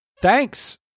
thanks